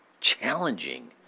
challenging